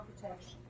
protection